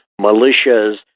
militias